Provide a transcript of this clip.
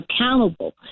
accountable